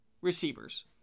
receivers